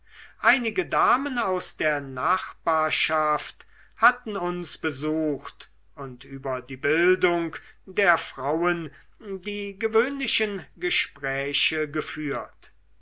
einige damen aus der nachbarschaft hatten uns besucht und über die bildung der frauen die gewöhnlichen gespräche geführt